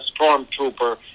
stormtrooper